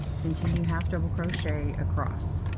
continue half double crochet across.